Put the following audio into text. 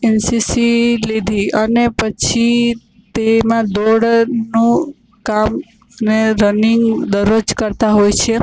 NCC લીધી અને પછી તેમાં દોડનો કામ ને રનિંગ દરરોજ કરતા હોય છે